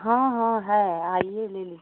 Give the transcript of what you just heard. हाँ हाँ है आइए ले लीजिए